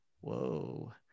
Whoa